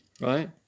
right